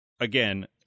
again